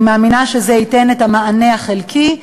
אני מאמינה שזה ייתן מענה חלקי,